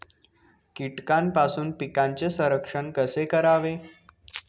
कीटकांपासून पिकांचे संरक्षण कसे करावे?